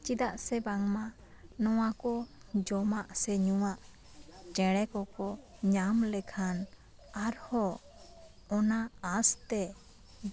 ᱪᱮᱫᱟᱜ ᱥᱮ ᱵᱟᱝᱢᱟ ᱱᱚᱶᱟ ᱠᱚ ᱡᱚᱢᱟᱜ ᱥᱮ ᱧᱩᱭᱟᱜ ᱪᱮᱬᱮ ᱠᱚ ᱠᱚ ᱧᱟᱢ ᱞᱮᱠᱷᱟᱱ ᱟᱨᱦᱚᱸ ᱚᱱᱟ ᱟᱥᱛᱮ